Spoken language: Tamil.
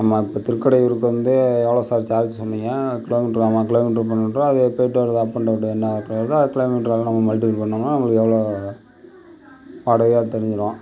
நம்ம இப்போ திருக்கடையூர்லிருந்து எவ்வளோ சார் சார்ஜ் பண்ணுவீங்க கிலோமீட்டர் ஆமாம் கிலோமீட்டர் பதினெட்டு ரூபா அது போயிட்டு வர அப் அண்ட் டெளன் என்ன வருகுதோ கிலோமீட்டர் நம்ம மல்டிப்புள் பண்ணிணோம்னா உங்ளுக்கு எவ்வளோ வாடகையோ அது தெரிஞ்சுடும்